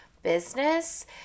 business